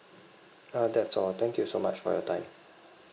uh that's all thank you so much for your time